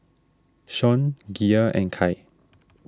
Sean Gia and Kai